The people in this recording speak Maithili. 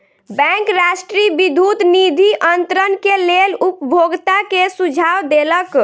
बैंक राष्ट्रीय विद्युत निधि अन्तरण के लेल उपभोगता के सुझाव देलक